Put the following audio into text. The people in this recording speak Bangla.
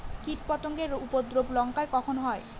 কীটপতেঙ্গর উপদ্রব লঙ্কায় কখন হয়?